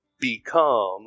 become